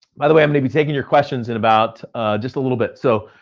by the way, i'm gonna be taking your questions in about just a little bit. so,